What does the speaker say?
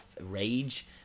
rage